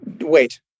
Wait